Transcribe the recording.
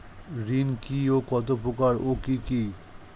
ঋণ কি ও কত প্রকার ও কি কি?